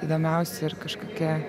įdomiausi ir kažkokia